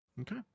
okay